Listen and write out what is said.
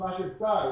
ברשימה של צה"ל.